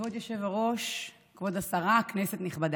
כבוד היושב-ראש, כבוד השרה, כנסת נכבדה,